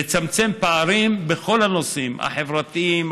ולצמצם פערים בכל הנושאים: החברתיים,